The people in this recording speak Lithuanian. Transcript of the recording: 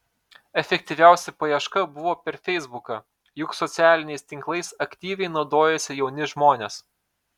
efektyviausia paieška buvo per feisbuką juk socialiniais tinklais aktyviai naudojasi jauni žmonės